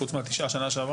חוץ מהשבעה של השנה שעברה?